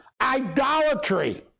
idolatry